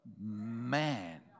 man